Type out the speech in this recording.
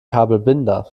kabelbinder